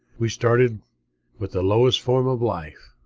we started with the lowest form of life,